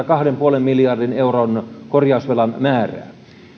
kahden pilkku viiden miljardin euron korjausvelan kasvun ja paikoin jopa alentamaan sen määrää